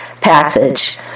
passage